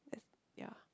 that's yeah